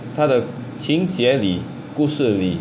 他的情节里故事里